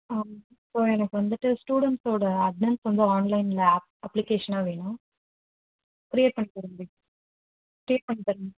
ஆ இப்போது எனக்கு வந்துவிட்டு ஸ்டூடண்ட்ஸ் வோட அட்னன்ஸ் வந்து ஆன்லைனில் ஆப் அப்ளிகேஷனாக வேணும் க்ரியேட் பண்ணித் தர முடியுமா க்ரியேட் பண்ணித் தர முடியுமா